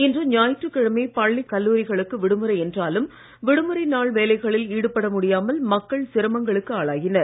இன்று ஞாயிற்றுக்கிழமை பள்ளி கல்லூரிகளுக்கு விடுமுறை என்றாலும் விடுமுறை நாள் வேலைகளில் ஈடுபட முடியாமல் மக்கள் சிரமங்களுக்கு ஆளாயினர்